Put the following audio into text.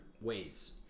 ways